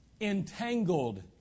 entangled